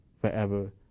forever